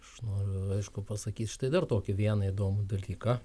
aš noriu aišku pasakyt štai dar tokį vieną įdomų dalyką